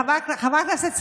חברת הכנסת סילמן,